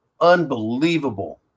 Unbelievable